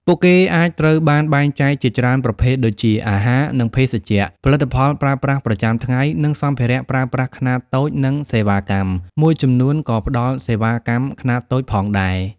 ពួកគេអាចត្រូវបានបែងចែកជាច្រើនប្រភេទដូចជា អាហារ និងភេសជ្ជៈ ផលិតផលប្រើប្រាស់ប្រចាំថ្ងៃ និងសម្ភារៈប្រើប្រាស់ខ្នាតតូច និងសេវាកម្ម មួយចំនួនក៏ផ្តល់សេវាកម្មខ្នាតតូចផងដែរ ។